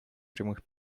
прямых